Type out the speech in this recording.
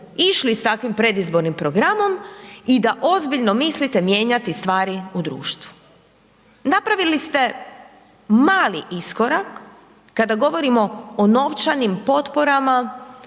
išli s takvim predizbornim programom i da ozbiljno mislite mijenjati stvari u društvu. Napravili ste mali iskorak kada govorimo o novčanim potporama,